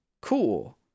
Cool